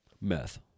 Meth